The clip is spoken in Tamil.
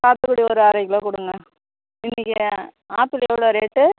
சாத்துக்குடி ஒரு அரைக்கிலோ கொடுங்க இன்றைக்கு ஆப்பிள் எவ்வளோ ரேட்டு